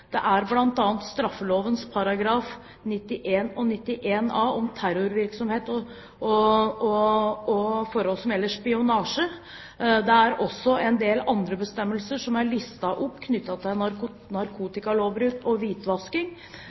Det er bl.a. straffeloven § 91 og 91a, om terrorvirksomhet og forhold som gjelder spionasje. Det er også en del andre bestemmelser som er listet opp knyttet til narkotikalovbrudd og hvitvasking